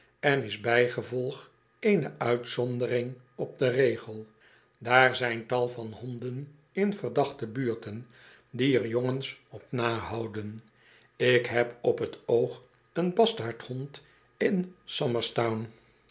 en is bijgevolg eene uitzondering op den regel daar zijn tal van honden in verdachte buurten die er jongens op nahouden ik heb op het oog een bastaardhond in